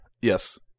Yes